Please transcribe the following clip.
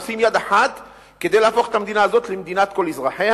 עושים יד אחת כדי להפוך את המדינה הזאת למדינת כל אזרחיה.